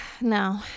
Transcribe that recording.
No